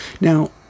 Now